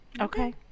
Okay